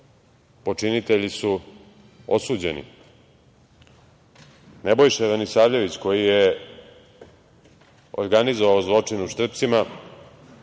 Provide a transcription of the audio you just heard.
počinitelji su osuđeni. Nebojša Ranisavljević, koji je organizovao zločin u Štrpcima,